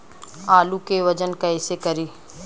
आलू के वजन कैसे करी?